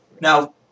Now